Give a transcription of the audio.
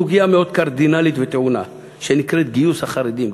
סוגיה מאוד קרדינלית וטעונה שנקראת גיוס החרדים,